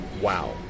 wow